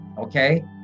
okay